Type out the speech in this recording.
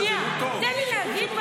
שנייה, תן לי להגיד.